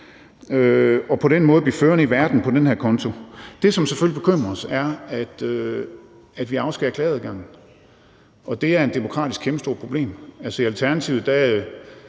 og på den konto blive førende i verden. Det, som selvfølgelig bekymrer os, er, at vi afskærer klageadgangen, og det er demokratisk et kæmpestort problem. I Alternativet er